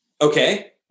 Okay